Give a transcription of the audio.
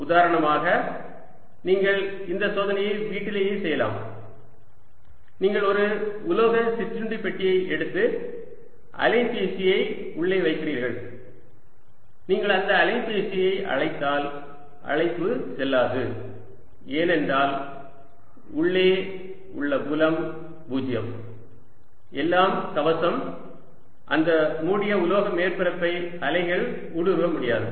உதாரணமாக நீங்கள் இந்த சோதனையை வீட்டிலேயே செய்யலாம் நீங்கள் ஒரு உலோக சிற்றுண்டி பெட்டியை எடுத்து அலைபேசியை உள்ளே வைக்கிறீர்கள் நீங்கள் அந்த அலைபேசியை அழைத்தால் அழைப்பு செல்லாது ஏனென்றால் உள்ளே உள்ள புலம் 0 எல்லாம் கவசம் அந்த மூடிய உலோக மேற்பரப்பை அலைகள் ஊடுருவ முடியாது